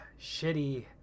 shitty